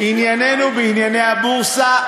ענייננו בענייני הבורסה,